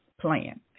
plan